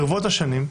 ברבות השנים,